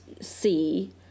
see